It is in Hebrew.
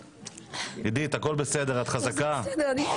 עידית, הכול בסדר, את חזקה.